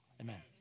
amen